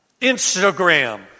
Instagram